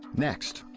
next,